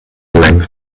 length